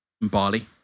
Bali